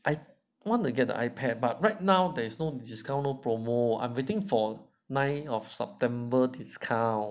I want to get the ipad but right now there is no discount promo I'm waiting for nine of september discount